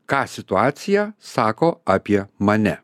ką situacija sako apie mane